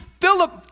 Philip